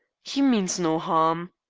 he means no harm.